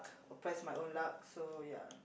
or press my own luck so ya